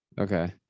okay